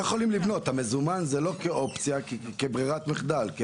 המזומן זה לא כאופציה אלא כברירת מחדל.